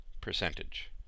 percentage